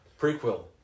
Prequel